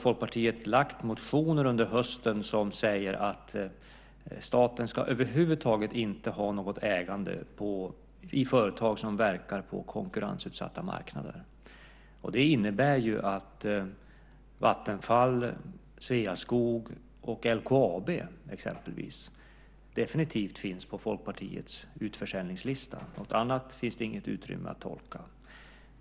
Folkpartiet har väckt motioner under hösten som säger att staten över huvud taget inte ska ha något ägande i företag som verkar på konkurrensutsatta marknader. Det innebär att exempelvis Vattenfall, Sveaskog och LKAB definitivt finns på Folkpartiets utförsäljningslista. Något annat finns det inget utrymme för att tolka.